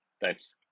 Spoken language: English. Thanks